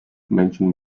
mentioned